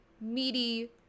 meaty